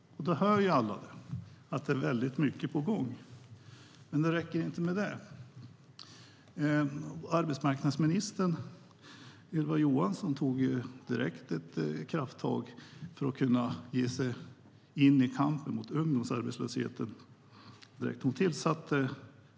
Alla hör ju att det är väldigt mycket på gång, men det räcker inte med det. Arbetsmarknadsminister Ylva Johansson tog genast krafttag för att kunna ge sig in i kampen mot ungdomsarbetslösheten.